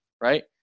right